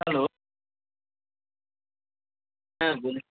hello হ্যাঁ বলুন